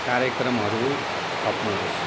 कार्यक्रमहरू थप्नुहोस्